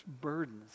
burdens